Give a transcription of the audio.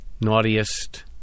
naughtiest